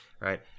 right